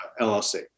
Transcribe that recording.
LLC